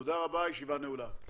תודה רבה, הישיבה נעולה.